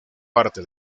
parte